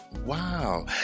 Wow